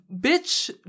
bitch